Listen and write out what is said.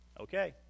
Okay